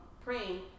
praying